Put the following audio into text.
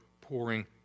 pouring